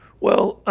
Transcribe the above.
well